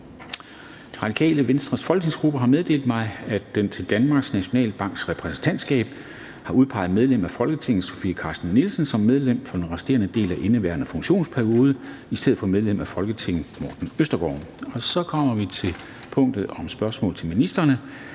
Radikale Venstres folketingsgruppe har meddelt mig, at den til Danmarks Nationalbanks Repræsentantskab har udpeget medlem af Folketinget Sofie Carsten Nielsen som medlem for den resterende del af indeværende funktionsperiode i stedet for medlem af Folketinget Morten Østergaard. --- Det første punkt på dagsordenen